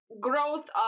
growth